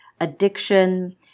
addiction